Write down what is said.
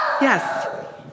yes